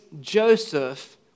Joseph